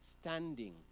standing